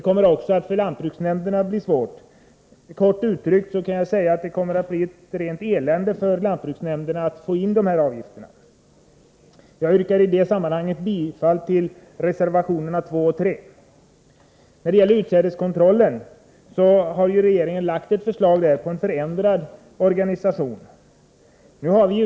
Även för lantbruksnämnderna kommer det att bli svårt. De kommer, kort uttryckt, att få ett elände med att få in avgifterna. Jag yrkar med detta bifall till reservationerna 2 och 3. Regeringen har vidare föreslagit en förändrad organisation av utsädeskontrollen.